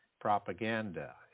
propaganda